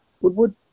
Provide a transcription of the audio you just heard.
Woodward